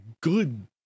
good